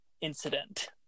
incident